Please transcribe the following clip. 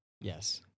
yes